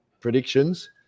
predictions